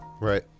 Right